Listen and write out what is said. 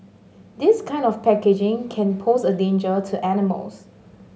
this kind of packaging can pose a danger to animals